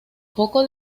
poco